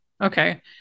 okay